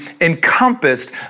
encompassed